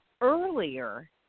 earlier